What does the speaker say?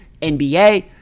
NBA